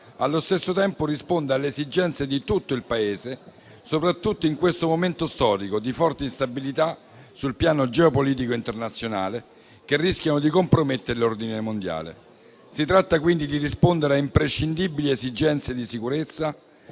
allo stesso tempo risponde alle esigenze di tutto il Paese, soprattutto in questo momento storico di forte instabilità sul piano geopolitico internazionale, che rischia di compromettere l'ordine mondiale. Si tratta quindi di rispondere a imprescindibili esigenze di sicurezza,